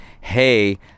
hey